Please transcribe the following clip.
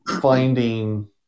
finding